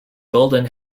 golden